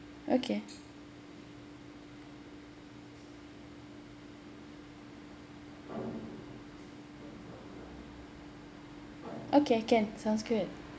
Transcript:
okay okay can sounds good